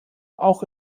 auch